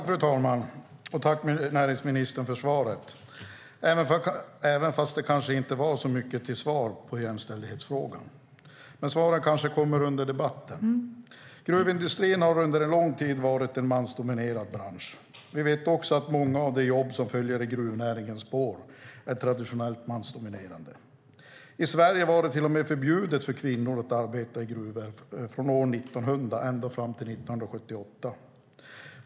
Fru talman! Tack näringsministern för svaret, fast det kanske inte var så mycket till svar på jämställdhetsfrågan. Men svaren kanske kommer under debatten. Gruvindustrin har under en lång tid varit en mansdominerad bransch. Vi vet också att många av de jobb som följer i gruvnäringens spår är traditionellt mansdominerade. I Sverige var det till och med förbjudet för kvinnor att arbeta i gruvor från 1900 ända fram till 1978.